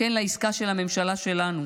כן לעסקה של הממשלה שלנו.